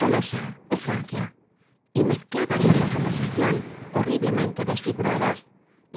tolosa de francia v mezclaba en la conversación horriblemente desfiguradas